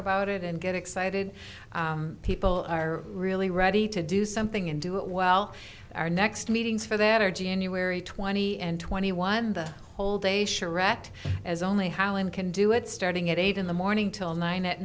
about it and get excited people are really ready to do something and do it well our next meetings for that are january twenty and twenty one the whole day charette as only howlin can do it starting at eight in the morning till nine at